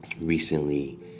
Recently